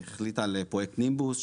היא החליטה על פרויקט נימבוס,